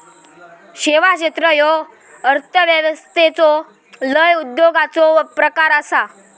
सेवा क्षेत्र ह्यो अर्थव्यवस्थेचो लय उपयोगाचो प्रकार आसा